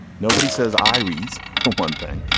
nobody says iris for one thing,